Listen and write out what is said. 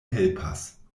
helpas